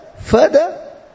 further